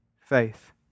faith